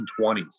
1920s